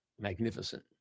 magnificent